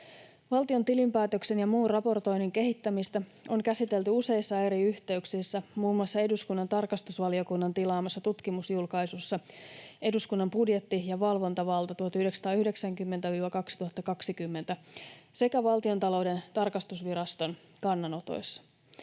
Valtion tilinpäätöksen ja muun raportoinnin kehittämistä on käsitelty useissa eri yhteyksissä, muun muassa eduskunnan tarkastusvaliokunnan tilaamassa tutkimusjulkaisussa ”Eduskunnan budjetti- ja valvontavalta 1990—2020” sekä Valtiontalouden tarkastusviraston kannanotoissa.